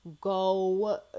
go